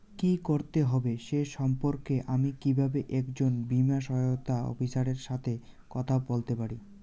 কী করতে হবে সে সম্পর্কে আমি কীভাবে একজন বীমা সহায়তা অফিসারের সাথে কথা বলতে পারি?